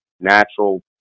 natural